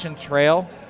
trail